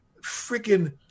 freaking